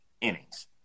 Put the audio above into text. innings